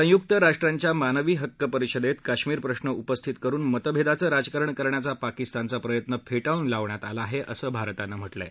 संयुक्त राष्ट्रांच्या मानवी हक्क परिषदेत काश्मीर प्रश्न उपस्थित करुन मतभेदाचं राजकारण करण्याचा पाकिस्तानचा प्रयत्न फेटाळून लावण्यात आला आहे असं भारतानं म्हटलंय